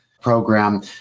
program